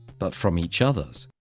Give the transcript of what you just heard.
but from each other's.